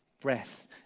breath